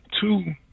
two